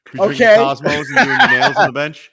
Okay